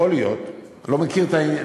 יכול להיות, אני לא מכיר את הנתונים,